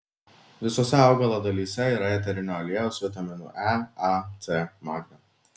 visose augalo dalyse yra eterinio aliejaus vitaminų e a c magnio